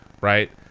Right